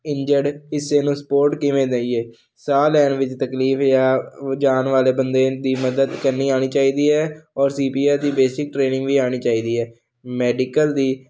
ਇੰਜਡ ਹਿੱਸੇ ਨੂੰ ਸਪੋਰਟ ਕਿਵੇਂ ਦੇਈਏ ਸਾਹ ਲੈਣ ਵਿੱਚ ਤਕਲੀਫ ਜਾਂ ਜਾਣ ਵਾਲੇ ਬੰਦੇ ਦੀ ਮਦਦ ਕਰਨੀ ਆਉਣੀ ਚਾਹੀਦੀ ਹੈ ਔਰ ਦੀ ਬੇਸਿਕ ਟ੍ਰੇਨਿੰਗ ਵੀ ਆਉਣੀ ਚਾਹੀਦੀ ਹੈ ਮੈਡੀਕਲ ਦੀ